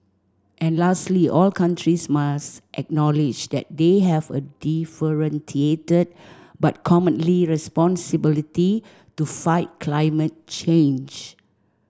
and lastly all countries must acknowledge that they have a differentiated but common responsibility to fight climate change